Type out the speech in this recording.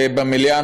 במליאה,